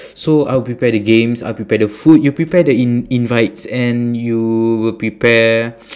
so I'll prepare the games I'll prepare the food you prepare the in~ invites and you will prepare